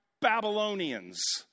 Babylonians